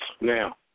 Now